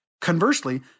Conversely